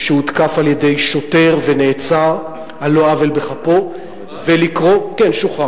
שהותקף על-ידי שוטר ונעצר על לא עוול בכפו, שוחרר?